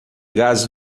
gases